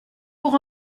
pour